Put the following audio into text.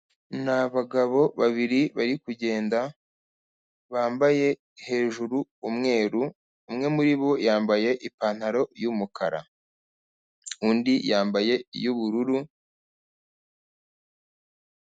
Ni abagabo babiri bari kugenda bambaye hejuru umweru, umwe muri bo yambaye ipantaro y'umukara, undi yambaye iy'ubururu.